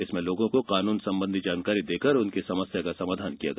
इसमें लोगों कानून संबंधी जानकारी देकर उनकी समस्या का समाधान किया गया